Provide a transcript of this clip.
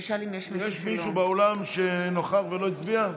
יש מישהו באולם שנוכח ולא הצביע?